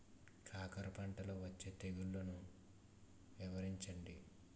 కాకర పంటలో వచ్చే తెగుళ్లను వివరించండి?